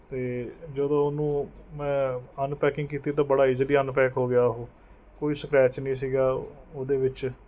ਅਤੇ ਜਦੋਂ ਉਹਨੂੰ ਮੈਂ ਅਨਪੈਕਿੰਗ ਕੀਤੀ ਤਾਂ ਬੜਾ ਇਜ਼ੀਲੀ ਅਨਪੈਕ ਹੋ ਗਿਆ ਉਹ ਕੋਈ ਸਕਰੈਚ ਨਹੀਂ ਸੀਗਾ ਉਹਦੇ ਵਿੱਚ